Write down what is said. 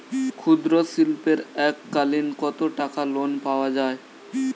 ক্ষুদ্রশিল্পের এককালিন কতটাকা লোন পাওয়া য়ায়?